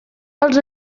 els